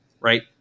right